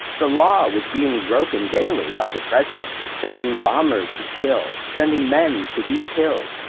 the law was being broken daily by the president, sending bombers to kill, sending men to be killed,